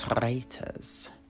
traitors